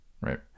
Right